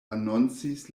anoncis